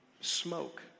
smoke